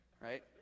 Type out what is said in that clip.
Right